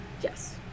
Yes